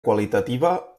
qualitativa